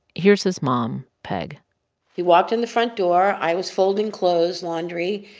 here's his mom, peg he walked in the front door. i was folding clothes, laundry.